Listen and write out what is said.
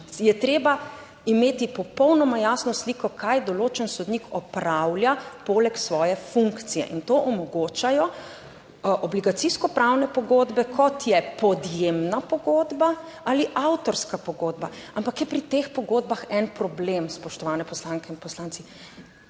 je treba imeti popolnoma jasno sliko, kaj določen sodnik opravlja poleg svoje funkcije in to omogočajo obligacijsko pravne pogodbe, kot je podjemna pogodba ali avtorska pogodba. Ampak je pri teh pogodbah en problem, spoštovane poslanke in poslanci,